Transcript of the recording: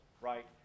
right